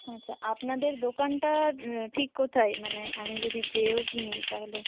আচ্ছা আপনাদের দোকানটা ঠিক কোথায় মানে আমি যদি যেয়েও কিনি তাহলে